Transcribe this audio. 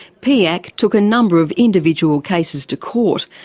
piac took a number of individual cases to court,